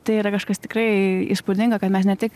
tai yra kažkas tikrai įspūdingo kad mes ne tik